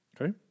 Okay